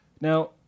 Now